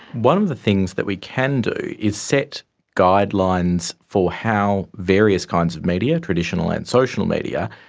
one of the things that we can do is set guidelines for how various kinds of media, traditional and social media,